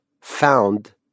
found